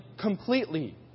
completely